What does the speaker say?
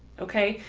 ok,